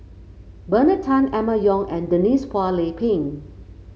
Bernard Tan Emma Yong and Denise Phua Lay Peng